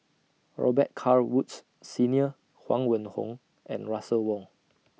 Robet Carr Woods Senior Huang Wenhong and Russel Wong